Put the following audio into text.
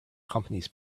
companies